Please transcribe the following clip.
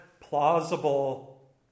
plausible